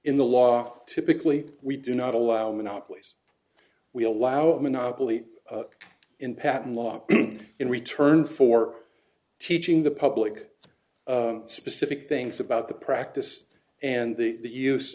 in the law typically we do not allow monopolies we allow a monopoly in patent law in return for teaching the public specific things about the practice and the use